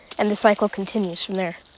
and the cycle continues from there.